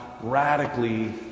radically